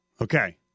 Okay